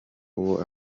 uwo